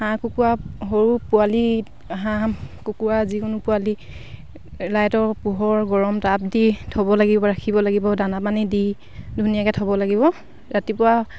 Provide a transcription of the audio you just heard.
হাঁহ কুকুৰা সৰু পোৱালি হাঁহ কুকুৰা যিকোনো পোৱালি লাইটৰ পোহৰ গৰম তাপ দি থ'ব লাগিব ৰাখিব লাগিব দানা পানী দি ধুনীয়াকৈ থ'ব লাগিব ৰাতিপুৱা